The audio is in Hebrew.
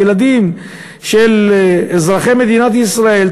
ילדים של אזרחי מדינת ישראל,